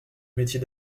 métier